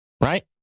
Right